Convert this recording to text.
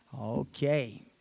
Okay